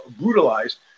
brutalized